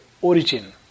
origin